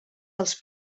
dels